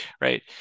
right